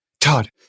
Todd